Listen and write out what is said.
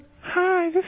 Hi